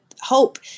hope